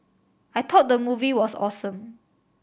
I thought the movie was awesome